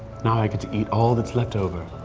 now i get to eat all that's left over.